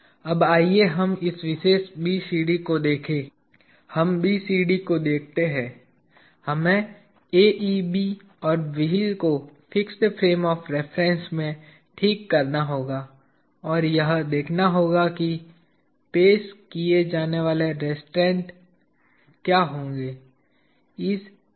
अब आइए हम इस विशेष BCD को देखें हम BCD को देखते हैं हमें AEB और व्हील को फिक्स्ड फ्रेम ऑफ़ रिफरेन्स में ठीक करना होगा और यह देखना होगा कि पेश किए जाने वाले रिस्ट्रैन्ट क्या होंगे